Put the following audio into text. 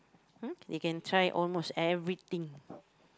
hmm they can try almost everything